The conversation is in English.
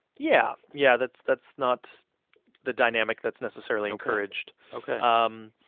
yeah. yeah. that's that's not the dynamic that's necessarily encouraged ok. um